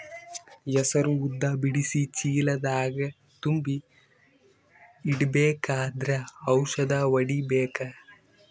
ಹೆಸರು ಉದ್ದ ಬಿಡಿಸಿ ಚೀಲ ದಾಗ್ ತುಂಬಿ ಇಡ್ಬೇಕಾದ್ರ ಔಷದ ಹೊಡಿಬೇಕ?